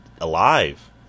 alive